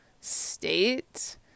state